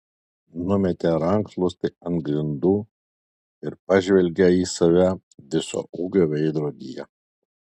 numetė rankšluostį ant grindų ir pažvelgė į save viso ūgio veidrodyje